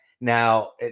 Now